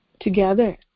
together